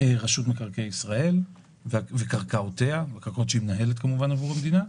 רשות מקרקעי ישראל ובאמצעות קרקעות שהיא מנהלת עבור המדינה,